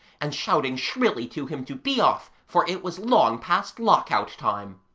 and shouting shrilly to him to be off, for it was long past lock-out time.